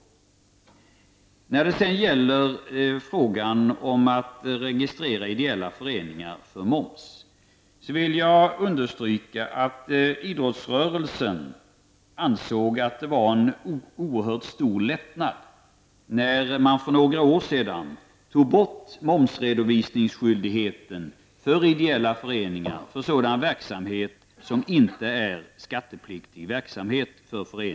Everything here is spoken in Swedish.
När det sedan gäller frågan om att registrera ideella föreningar för moms vill jag understryka att idrottsrörelsen såg det som en oerhört stor lättnad när man för några år sedan tog bort momsredovisningsskyldigheten för ideella föreningar för sådan verksamhet som inte är skattepliktig.